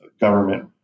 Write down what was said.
government